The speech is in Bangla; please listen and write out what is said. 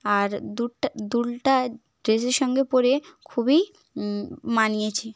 আর দুলটা দুলটা ড্রেসের সঙ্গে পরে খুবই মানিয়েছে